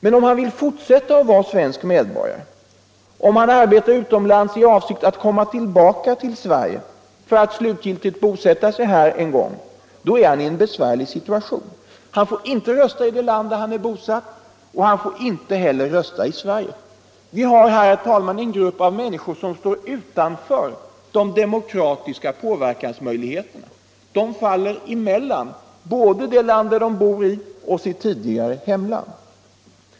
Men om han vill fortsätta att vara svensk medborgare, om han arbetar utomlands i avsikt att komma tillbaka till Sverige för att 57 åter bosätta sig här är han i en besvärlig situation. Han får inte rösta i det land där han är bosatt, och han får inte heller rösta i Sverige. Vi har här en grupp människor som står utanför de demokratiska påverkansmöjligheterna. De faller emellan både det land de bor i och sitt tidigare hemland.